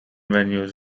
venues